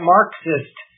Marxist